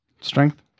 strength